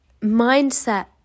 mindset